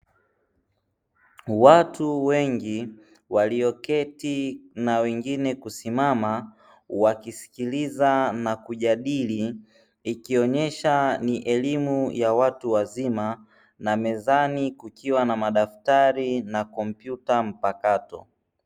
Watu wengi walioketi na wengine kusimama wakisikiliza na kujadili, ikionyesha ni elimu ya watu wazima na mezani kukiwa na madaftari na kompyuta mpakato.